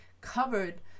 covered